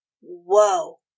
whoa